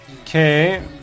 Okay